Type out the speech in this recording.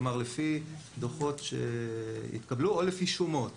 כלומר לפי דוחות שהתקבלו או לפי שומות.